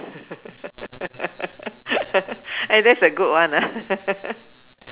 eh that's a good one ah